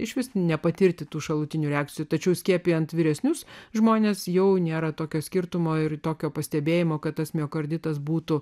išvis nepatirti tų šalutinių reakcijų tačiau skiepijant vyresnius žmones jau nėra tokio skirtumo ir tokio pastebėjimo kad tas miokarditas būtų